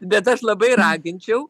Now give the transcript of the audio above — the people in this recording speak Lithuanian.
bet aš labai raginčiau